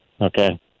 Okay